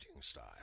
style